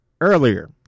earlier